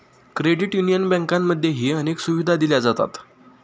credit union बँकांमध्येही अनेक सुविधा दिल्या जातात